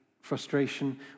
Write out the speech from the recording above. frustration